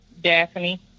Daphne